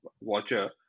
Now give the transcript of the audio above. watcher